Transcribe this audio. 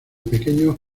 pequeños